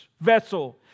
vessel